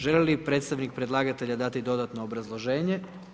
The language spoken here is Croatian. Želi li predstavnik predlagatelja dati dodatno obrazloženje?